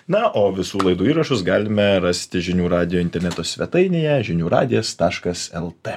na o visų laidų įrašus galime rasti žinių radijo interneto svetainėje žinių radijas taškas el t